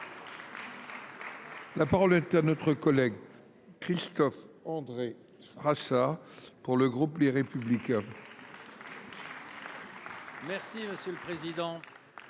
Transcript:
La parole est à M. Christophe André Frassa, pour le groupe Les Républicains.